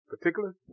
Particular